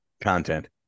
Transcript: content